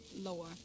lower